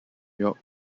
york